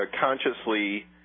consciously